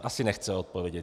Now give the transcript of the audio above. Asi nechce odpovědět.